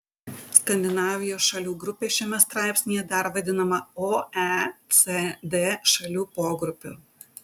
skandinavijos šalių grupė šiame straipsnyje dar vadinama oecd šalių pogrupiu